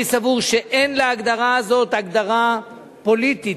אני סבור שאין להגדרה הזאת הגדרה פוליטית,